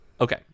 Okay